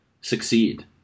succeed